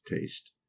taste